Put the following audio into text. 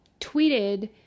tweeted